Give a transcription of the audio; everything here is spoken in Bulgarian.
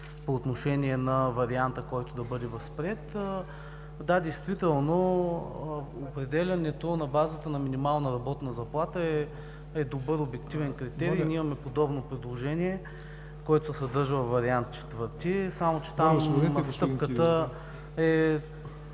по отношение на варианта, който да бъде възприет. Да, действително определянето на базата на минимална работна заплата е добър обективен критерий. Ние имаме подобно предложение, което се съдържа във вариант ІV, само че там стъпката е